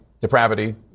Depravity